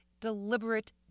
deliberate